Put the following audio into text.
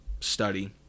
study